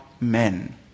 men